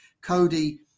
Cody